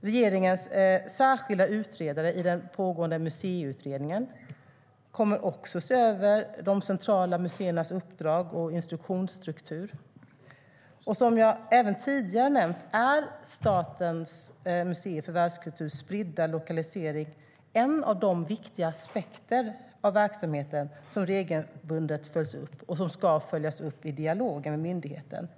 Regeringens särskilda utredare i den pågående Museiutredningen kommer också att se över de centrala museernas uppdrag och instruktionsstruktur. Som jag även tidigare nämnt är Statens museer för världskulturs spridda lokalisering en av de viktiga aspekter av verksamheten som regelbundet följs upp och som ska följas upp i dialogen med myndigheten.